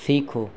سیکھو